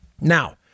Now